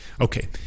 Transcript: Okay